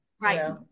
Right